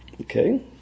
Okay